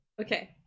Okay